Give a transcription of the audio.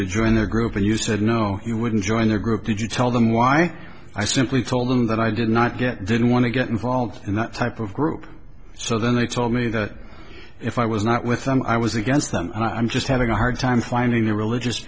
to join their group and you said no you wouldn't join the group would you tell them why i simply told that i did not get didn't want to get involved in that type of group so then they told me that if i was not with them i was against them and i'm just having a hard time finding a religious